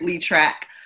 track